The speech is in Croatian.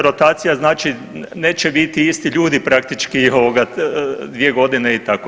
Rotacija znači neće biti isti ljudi praktički ovoga 2 godine i tako.